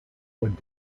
would